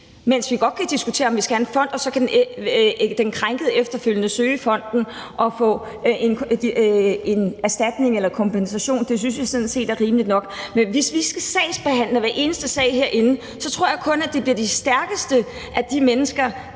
mens vi godt kan diskutere, om vi skal have en fond, og så kan den krænkede efterfølgende søge fonden og få en erstatning eller kompensation. Det synes vi sådan set er rimeligt nok. Men hvis vi skal sagsbehandle hver eneste sag herinde, tror jeg kun, at det bliver de stærkeste af de mennesker,